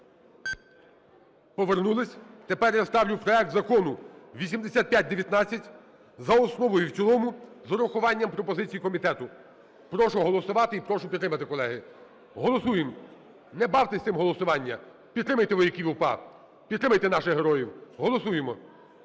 Повернулись. Тепер я ставлю проект Закону 8519 за основу і в цілому з врахуванням пропозицій комітету. Прошу голосувати. І прошу підтримати, колеги. Голосуємо. Не бавтесь цим голосуванням, підтримайте вояків УПА. Підтримайте наших героїв. Голосуємо.